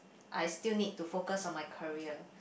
I still need to focus on my career